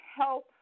help